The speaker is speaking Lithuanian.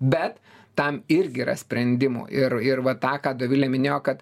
bet tam irgi yra sprendimų ir ir va tą ką dovilė minėjo kad